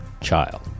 child